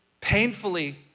painfully